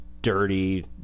dirty